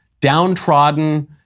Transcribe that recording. downtrodden